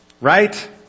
Right